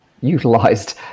utilized